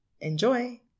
Enjoy